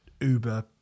Uber